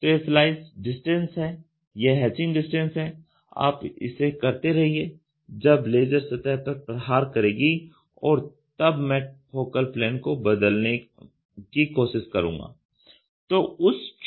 तो यह slice distance है यह हैचिंग डिस्टेंस है आप इसे करते रहिये जब लेजर सतह पर प्रहार करेगी और तब मैं फोकल प्लेन को बदल ने की कोशिश करूँगा